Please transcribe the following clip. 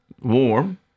warm